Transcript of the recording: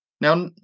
Now